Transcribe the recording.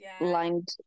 lined